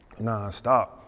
nonstop